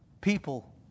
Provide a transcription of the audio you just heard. people